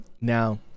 Now